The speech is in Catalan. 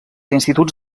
instituts